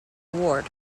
award